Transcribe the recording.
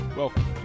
Welcome